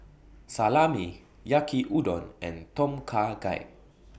Salami Yaki Udon and Tom Kha Gai